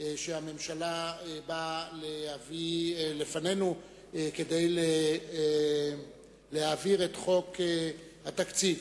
שהממשלה הביאה לפנינו כדי להעביר את חוק התקציב,